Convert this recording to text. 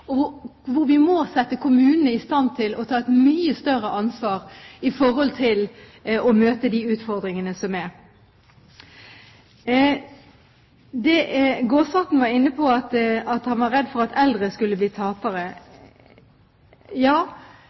og hvor vi må sette kommunene i stand til å ta et mye større ansvar for å møte de utfordringene som er. Gåsvatn var inne på at han er redd for at eldre skal bli tapere.